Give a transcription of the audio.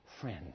friend